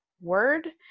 word